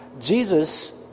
Jesus